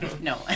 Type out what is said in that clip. No